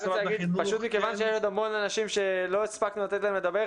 פשוט מכיוון שיש עוד המון אנשים שלא הספקנו לתת להם לדבר,